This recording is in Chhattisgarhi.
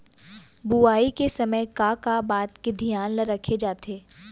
बुआई के समय का का बात के धियान ल रखे जाथे?